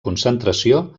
concentració